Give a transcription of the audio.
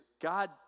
God